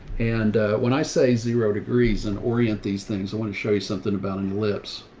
and when i say zero degrees and orient these things, i want to show you something about any lips.